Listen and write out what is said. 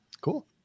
Cool